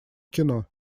кино